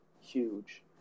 huge